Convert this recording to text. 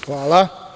Hvala.